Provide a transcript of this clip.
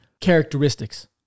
characteristics